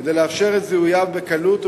כדי לאפשר זיהוי בקלות וביעילות.